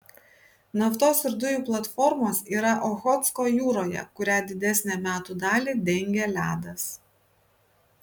naftos ir dujų platformos yra ochotsko jūroje kurią didesnę metų dalį dengia ledas